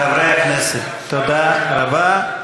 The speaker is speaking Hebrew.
חברי הכנסת, תודה רבה.